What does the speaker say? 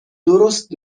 درست